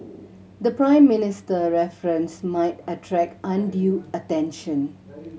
the Prime Minister reference might attract undue attention